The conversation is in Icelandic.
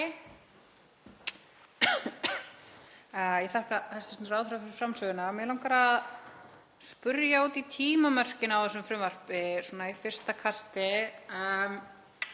Ég þakka hæstv. ráðherra fyrir framsöguna. Mig langar að spyrja út í tímamörkin á þessu frumvarpi svona í fyrsta kasti.